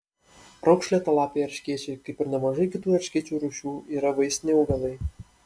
raukšlėtalapiai erškėčiai kaip ir nemažai kitų erškėčių rūšių yra vaistiniai augalai